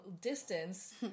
distance